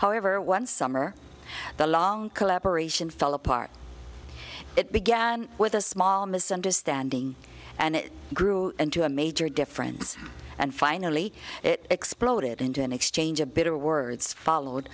however one summer the long collaboration fell apart it began with a small misunderstanding and it grew into a major difference and finally it exploded into an exchange of bitter words followed